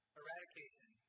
eradication